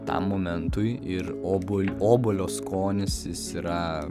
tam momentui ir obui obuolio skonis jis yra